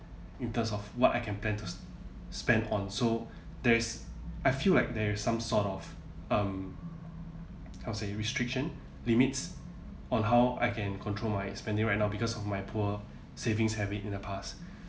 in terms of what I can plan to s~ spend on so there is I feel like there is some sort of um how to say restriction limits on how I can control my spending right now because of my poor savings habit in the past